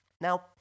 Now